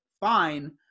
fine